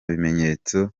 bimenyetso